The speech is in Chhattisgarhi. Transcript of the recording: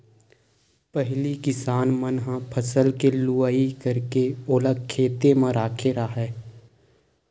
पहिली किसान मन ह फसल के लुवई करके ओला खेते म राखे राहय